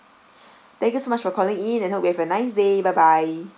thank you so much for calling in I hope you have a nice day bye bye